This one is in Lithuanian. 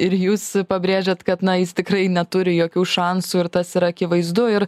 ir jūs pabrėžiat kad na jis tikrai neturi jokių šansų ir tas yra akivaizdu ir